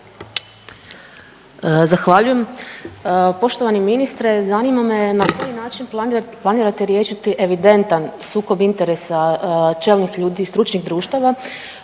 Zahvaljujem. Poštovani ministre, zanima me na koji način planirate riješiti evidentan sukob interesa čelnih ljudi stručnih društava